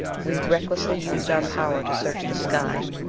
we recklessly used our power to search the sky.